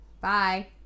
bye